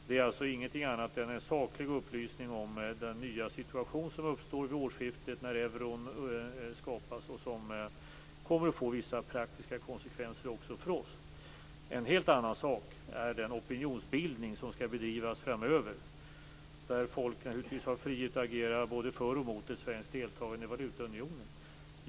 Det är alltså ingenting annat än en saklig upplysning om den nya situation som uppstår vid årsskiftet när euron skapas. Den kommer ju att få vissa praktiska konsekvenser också hos oss. En helt annan sak är den opinionsbildning som skall bedrivas framöver. Där har folk naturligtvis frihet att agera både för och emot ett svenskt deltagande i valutaunionen.